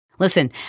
Listen